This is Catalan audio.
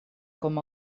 com